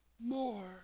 more